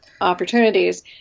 opportunities